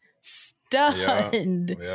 stunned